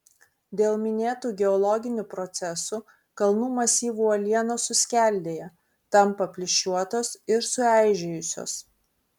dėl minėtų geologinių procesų kalnų masyvų uolienos suskeldėja tampa plyšiuotos ir sueižėjusios